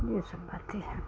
यह सब बातें हैं